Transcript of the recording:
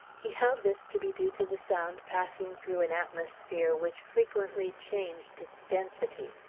he held this to be due to the sound passing through an atmosphere which frequently changed its density.